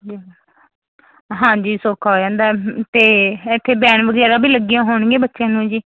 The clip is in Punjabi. ਹਾਂਜੀ ਸੌਖਾ ਹੋ ਜਾਂਦਾ ਅਤੇ ਇੱਥੇ ਵੈਨ ਵਗੈਰਾ ਵੀ ਲੱਗੀਆਂ ਹੋਣਗੀਆਂ ਬੱਚਿਆਂ ਨੂੰ ਜੀ